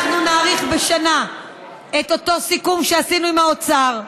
אנחנו נאריך בשנה את אותו סיכום שעשינו עם האוצר,